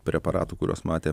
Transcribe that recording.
preparatų kuriuos matė